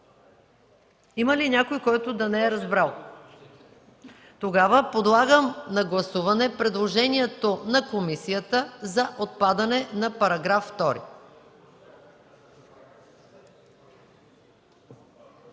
Има ли някой, който да не е разбрал? Подлагам на гласуване предложението на комисията за отпадане на § 2.